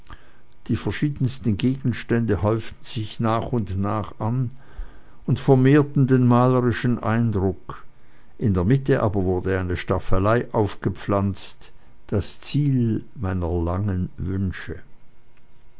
die verschiedensten gegenstände häuften sich nach und nach an und vermehrten den malerischen eindruck in der mitte aber wurde eine staffelei aufgepflanzt das ziel meiner langen wünsche